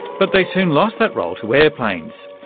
but they soon lost that role to airplanes.